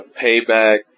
payback